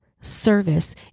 service